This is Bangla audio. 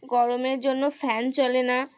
গরমের জন্য ফ্যান চলে না